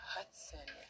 Hudson